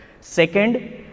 Second